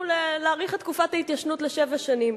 להאריך את תקופת ההתיישנות לשבע שנים.